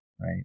Right